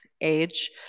age